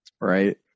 right